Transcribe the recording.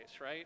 right